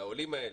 שלעולים האלה,